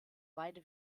beide